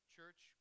Church